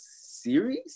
series